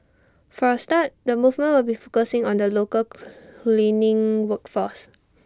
for A start the movement will be focusing on the local cleaning work force